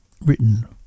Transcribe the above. Written